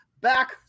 back